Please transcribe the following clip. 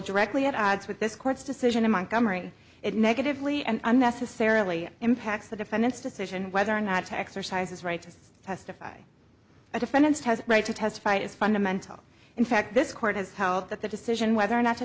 directly at odds with this court's decision in montgomery it negatively and unnecessarily impacts the defendant's decision whether or not to exercise his right to testify a defendant has a right to testify it is fundamental in fact this court has held that the decision whether or not to